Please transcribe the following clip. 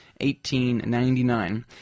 1899